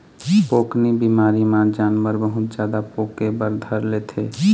पोकनी बिमारी म जानवर बहुत जादा पोके बर धर लेथे